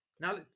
Now